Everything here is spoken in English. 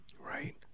Right